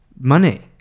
money